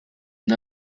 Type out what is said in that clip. une